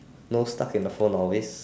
nose stuck in the phone always